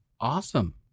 Awesome